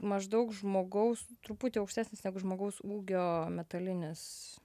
maždaug žmogaus truputį aukštesnis negu žmogaus ūgio metalinis